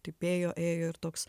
taip ėjo ėjo ir toks